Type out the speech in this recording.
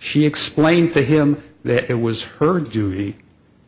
she explained to him that it was her duty